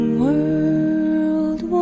world